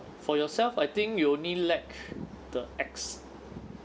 for yourself I think you only lack the X